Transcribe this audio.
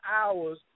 hours